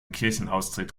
kirchenaustritt